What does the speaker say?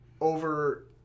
over